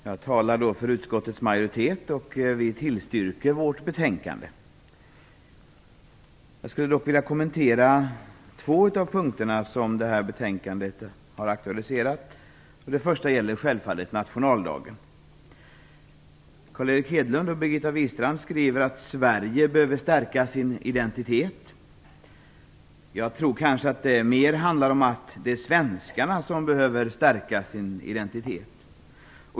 Fru talman! Jag talar för utskottets majoritet, och vi tillstyrker vårt betänkande. Jag skulle dock vilja kommentera två av de punkter som detta betänkande har aktualiserat. Den första gäller självfallet nationaldagen. Carl Erik Hedlund och Birgitta Wistrand skriver att Sverige behöver stärka sin identitet. Jag tror kanske att det mer handlar om att det är svenskarna som behöver stärka sin identitet.